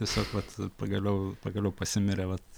tiesiog vat pagaliau pagaliau pasimirė vat